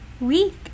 week